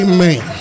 Amen